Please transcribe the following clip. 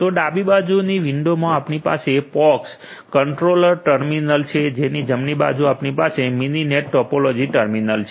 તો ડાબી બાજુની વિંડોમાં આપણી પાસે પોક્સ કંટ્રોલર ટર્મિનલ છે અને જમણી બાજુ આપણી પાસે મિનિનેટ ટોપોલોજી ટર્મિનલ છે